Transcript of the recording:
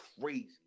Crazy